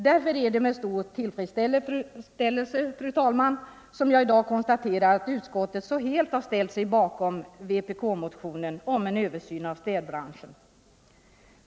Därför är det med stor tillfredsställelse jag konstaterar att utskottet helt har ställt sig bakom vpk-motionens förslag om en översyn av städbranschen.